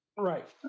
Right